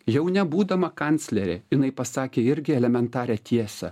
jau nebūdama kanclerė jinai pasakė irgi elementarią tiesą